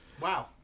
Wow